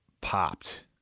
popped